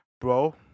bro